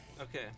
Okay